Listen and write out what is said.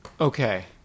Okay